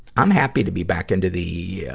i'm happy to be back into the, yeah